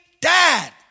dad